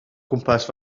gwmpas